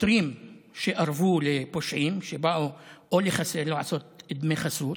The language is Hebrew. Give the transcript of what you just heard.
שוטרים שארבו לפושעים שבאו או לחסל או לעשות דמי חסות,